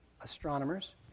astronomers